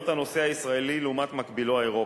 הנוסע הישראלי לעומת מקבילו האירופי.